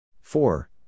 Four